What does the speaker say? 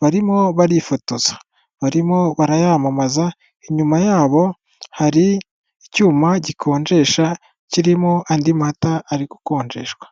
barimo barifotoza barimo barayamamaza inyuma yabo hari icyuma gikonjesha kirimo andi mata ari gukonjeshwa.